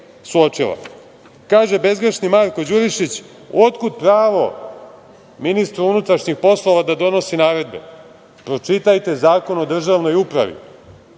bezgrešni Marko Đurišić – otkud pravo ministru unutrašnjih poslova da donosi naredbe? Pročitajte Zakon o državnoj upravi.